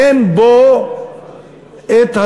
אין בו הזרעים,